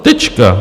Tečka.